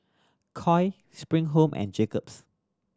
Koi Spring Home and Jacob's